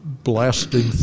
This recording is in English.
blasting